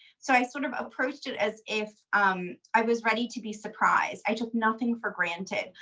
so i sort of approached it as if um i was ready to be surprised. i took nothing for granted.